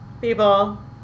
people